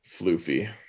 floofy